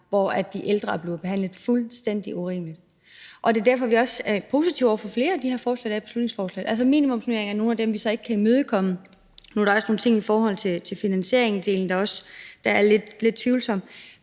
hvor de ældre er blevet behandlet fuldstændig urimeligt. Og det er derfor, vi også er positive over for flere af de her forslag, der er i beslutningsforslaget. Minimumsnormeringer er noget af det, vi så ikke kan imødekomme. Nu er der også nogle ting i forhold til finansieringsdelen, der er lidt tvivlsomt.